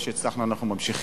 איפה שהצלחנו אנחנו ממשיכים.